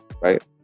right